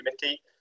Committee